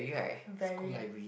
very